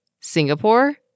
Singapore